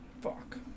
Fuck